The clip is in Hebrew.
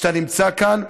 כשאתה נמצא כאן,